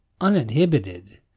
uninhibited